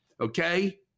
okay